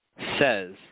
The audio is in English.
says